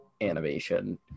animation